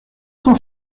ton